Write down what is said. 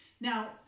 Now